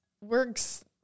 works